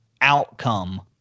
outcome